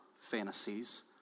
fantasies